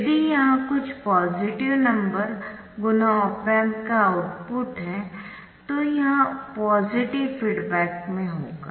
यदि यह कुछ पॉजिटिव नंबर × ऑप एम्प का आउटपुट है तो यह पॉजिटिव फीडबैक में होगा